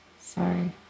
sorry